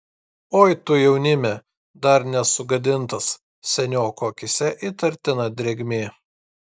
oi tu jaunime dar nesugadintas senioko akyse įtartina drėgmė